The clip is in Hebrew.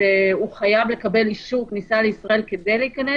הוא חייב לקבל אישור כניסה לישראל כדי להיכנס